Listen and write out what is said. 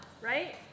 right